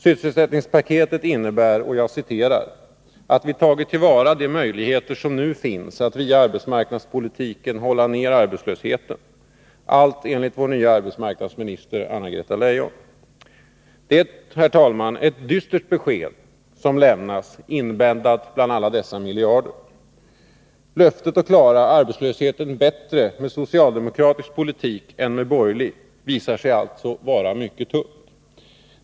Sysselsättningspaketet innebär ”att vi tagit till vara de möjligheter som nu finns att via arbetsmarknadspolitiken hålla nere arbetslösheten”. Allt enligt vår nya arbetsmarknadsminister Anna-Greta Leijon. Det är, herr talman, ett dystert besked som lämnas, inbäddat bland alla dessa miljarder. Löftet att klara arbetslösheten bättre med socialdemokratisk politik än med borgerlig visar sig alltså vara mycket tunt.